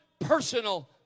personal